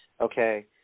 Okay